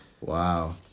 Wow